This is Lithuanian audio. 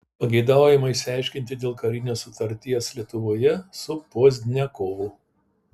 pageidaujama išsiaiškinti dėl karinės sutarties lietuvoje su pozdniakovu